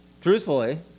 truthfully